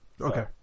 okay